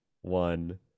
one